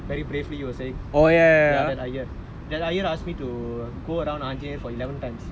remember I was saying that Rama the timothy the fire walking he go very bravely he was saying that Iyer